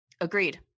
Agreed